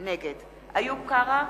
נגד איוב קרא,